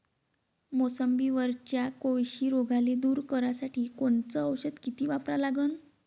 मोसंबीवरच्या कोळशी रोगाले दूर करासाठी कोनचं औषध किती वापरा लागन?